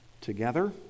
together